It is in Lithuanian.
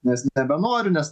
nes nebenoriu nes